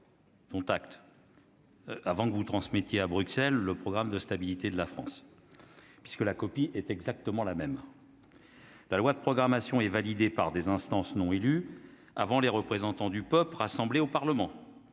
Contact. Avant que vous transmettez à Bruxelles, le programme de stabilité de la France, puisque la copie est exactement la même, la loi de programmation est validé par des instances non élues avant les représentants du pop rassemblés au Parlement